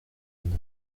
anne